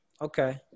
Okay